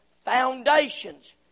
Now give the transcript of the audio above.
foundations